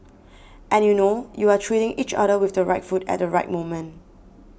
and you know you are treating each other with the right food at the right moment